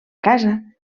casa